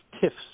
tiffs